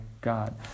God